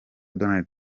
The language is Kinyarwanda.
donald